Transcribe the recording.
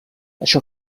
això